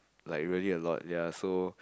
like really a lot ya so